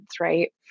Right